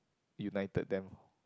united them